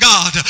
God